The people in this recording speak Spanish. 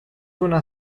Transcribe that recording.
una